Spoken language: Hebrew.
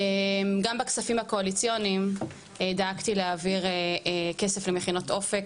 גם בכספים הקואליציוניים דאגתי להעביר כסף למכינות אופק